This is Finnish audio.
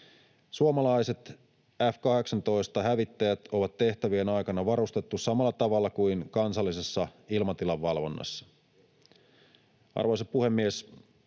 Suomalaiset F-18-hävittäjät ovat tehtävien aikana varustettu samalla tavalla kuin kansallisessa ilmatilan valvonnassa. Arvoisa puhemies!